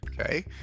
Okay